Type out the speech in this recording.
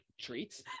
treats